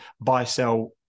buy-sell